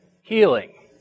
healing